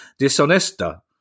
disonesta